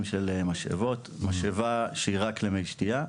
של משאבות משאבה שהיא רק למי שתייה,